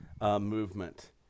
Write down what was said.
movement